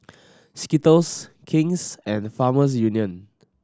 Skittles King's and Farmers Union